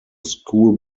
school